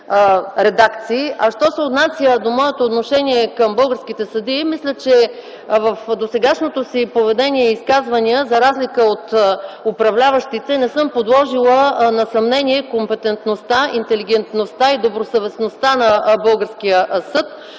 Що се отнася до моето отношение към българските съдии, мисля, че с досегашното си поведение и изказвания, за разлика от управляващите, не съм подложила на съмнение компетентността, интелигентността и добросъвестността на българския съд.